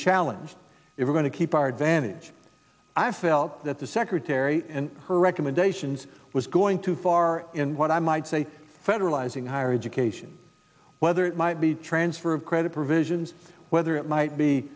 challenged if we're going to keep our advantage i felt that the secretary in her recommendations was going too far in what i might say federalizing higher education whether it might be transfer of credit provisions whether it might be